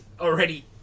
already